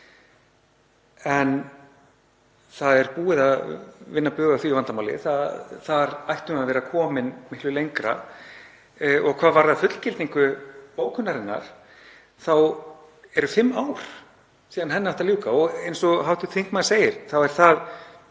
En búið er að vinna bug á því vandamáli og þar ættum við að vera komin miklu lengra og hvað varðar fullgildingu bókunarinnar þá eru fimm ár síðan henni átti að ljúka. Eins og hv. þingmaður segir þá er það